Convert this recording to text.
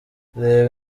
reba